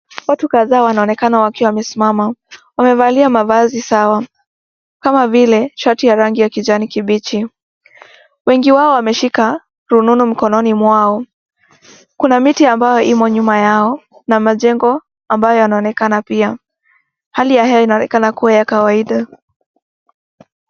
Watu kadhaa wanaonekana wakiwa wamesimama. Wamevalia mavazi sawa kama vile shati ya rangi ya kijani kibichi. Wengi wao wameshika rununu mkononi mwao. Kuna miti ambayo imo nyuma yao na majengo ambayo yanaonekana pia. Hali ya hewa inaonekana kuwa ya kawaida.